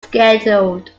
scheduled